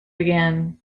again